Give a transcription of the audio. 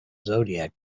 zodiac